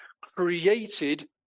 created